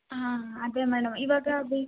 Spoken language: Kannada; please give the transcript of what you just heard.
ಹಾಂ ಅದೆ ಮೇಡಮ್ ಇವಾಗ ಬಿ